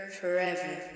forever